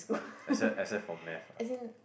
except except for math